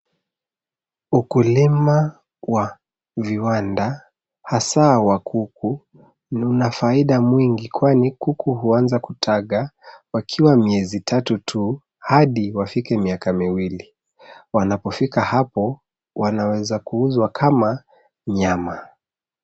Ukulima wa viwanda hasa wa kuku una faida mingi kwani kuku huanza kutaga wakiwa miezi mitatu tu hadi wafike miaka miwili. Wanapofika hapo, wanaweza kuuzwa kama nyama.